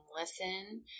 listen